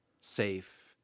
safe